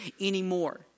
anymore